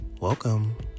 Welcome